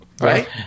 Right